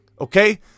Okay